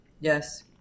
Yes